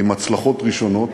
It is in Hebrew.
עם הצלחות ראשונות,